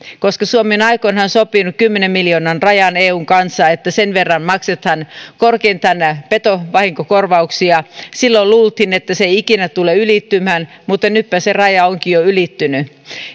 suomi on aikoinaan sopinut kymmenen miljoonan rajan eun kanssa että sen verran maksetaan korkeintaan petovahinkokorvauksia ja silloin luultiin että se ei ikinä tule ylittymään mutta nytpä se raja onkin jo ylittynyt